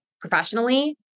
professionally